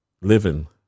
living